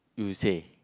you say